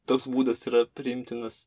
toks būdas yra priimtinas